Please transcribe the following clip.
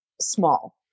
small